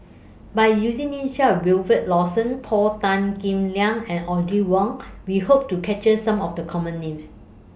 By using Names such as Wilfed Lawson Paul Tan Kim Liang and Audrey Wong We Hope to capture Some of The Common Names